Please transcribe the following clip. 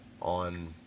on